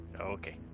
Okay